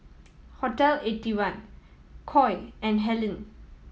Hotel Eighty one Koi and Helen